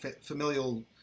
familial